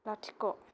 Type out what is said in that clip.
लाथिख'